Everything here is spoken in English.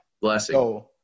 Blessing